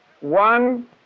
one